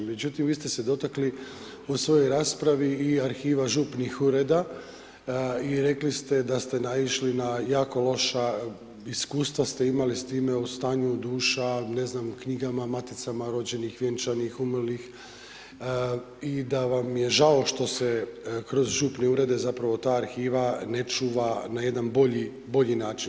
Međutim, vi ste se dotakli u svojoj raspravi i arhiva župnih ureda i rekli ste da ste naišli na jako loša iskustva ste imali s time o stanju duša, ne znam, knjigama, maticama rođenih, vjenčanih, umrlih i da vam je žao što se kroz župne urede, zapravo ta arhiva ne čuva na jedan bolji način.